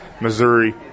Missouri